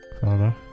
Father